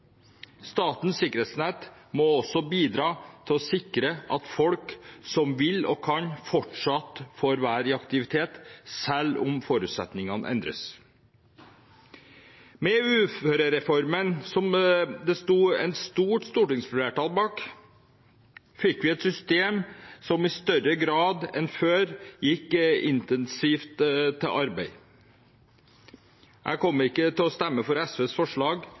Statens sikkerhetsnett må også bidra til å sikre at folk som vil og kan, fortsatt får være i aktivitet, selv om forutsetningene endres. Med uførereformen, som det sto et stort stortingsflertall bak, fikk vi et system som i større grad enn før gikk intensivt til arbeidet. Jeg kommer ikke til å stemme for SVs forslag,